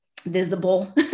visible